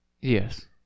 Yes